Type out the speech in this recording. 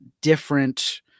different